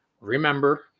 Remember